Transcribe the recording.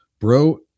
bro